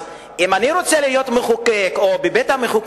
אם אני רוצה להיות מחוקק או בבית-המחוקקים,